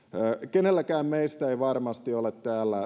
kenellekään meistä täällä ei varmasti ole